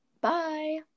Bye